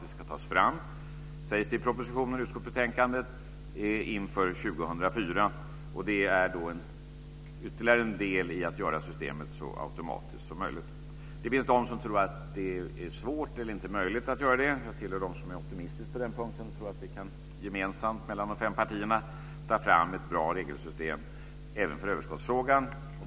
Det ska tas fram, sägs det i propositionen och utskottsbetänkandet, inför 2004. Det är då ytterligare en del i att göra systemet så automatiskt som möjligt. Det finns de som tror att det är svårt eller inte möjligt att göra detta. Jag tillhör dem som är optimistiska på den punkten och tror att vi gemensamt mellan de fem partierna kan ta fram ett bra regelsystem även för överskottsfrågan.